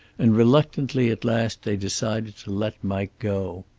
and reluctantly at last they decided to let mike go.